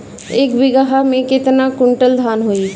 एक बीगहा में केतना कुंटल धान होई?